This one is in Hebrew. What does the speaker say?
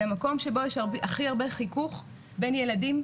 זה מקום שבו יש הכי הרבה חיכוך בין ילדים,